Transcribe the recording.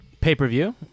Pay-per-view